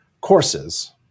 courses